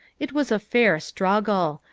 it was a fair struggle.